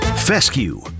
Fescue